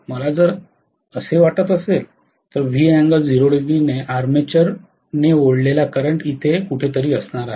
मला जर असे वाटत असेल तर आर्मेचरने ओढलेला करंट इथे कुठेतरी असणार आहे